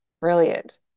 Brilliant